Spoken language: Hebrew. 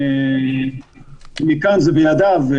מכאן זה בידיו,